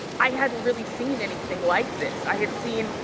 i hadn't really seen anything like this. i had seen,